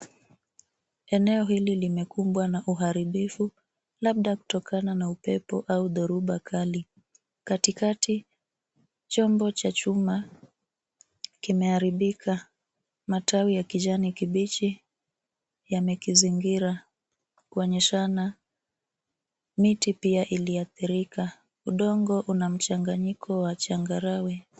Eneo hili limekumbwa na uharibifu labda kutokana na upepo au dhoruba kali. Katikati chombo cha chuma kimeharibik. Majani ya kijani kibichi yamekizingira kuonyeshana miti pia iliathirika. Udongo una mchanganyiko wa changarawe.